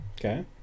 Okay